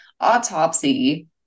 autopsy